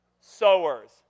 sowers